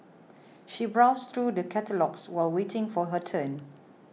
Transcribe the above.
she browsed through the catalogues while waiting for her turn